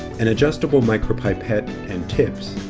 an adjustable micropipette and tips,